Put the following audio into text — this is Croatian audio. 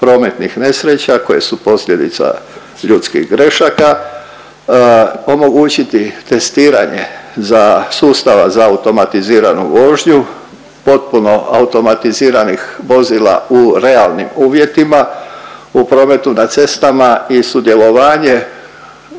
prometnih nesreća koje su posljedica ljudskih grašaka, omogućiti testiranje za sustava za automatiziranu vožnju potpuno automatiziranih vozila u realnim uvjetima u prometu na cestama i sudjelovanje